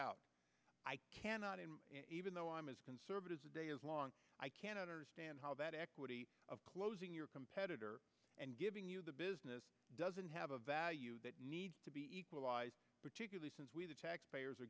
out i cannot even though i'm as conservative as a day is long i can't understand how that equity of closing your competitor and giving you the business doesn't have a value that needs to be equalized particularly since we the taxpayers are